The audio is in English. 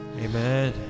amen